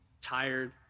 tired